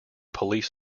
police